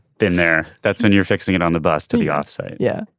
been there. that's when you're fixing it on the bus till the offsite. yeah.